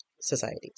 societies